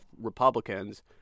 Republicans